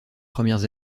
premières